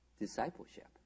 discipleship